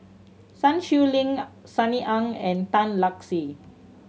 Sun Xueling Sunny Ang and Tan Lark Sye